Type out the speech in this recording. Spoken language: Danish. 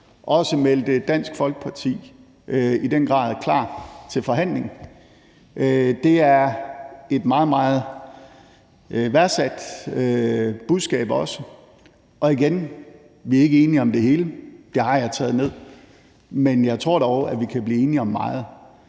også meldte, at Dansk Folkeparti i den grad er klar til forhandling. Det er også et meget, meget værdsat budskab. Og igen: Vi er ikke enige om det hele – det har jeg taget ned – men jeg tror dog, at vi kan blive enige om meget,